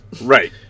Right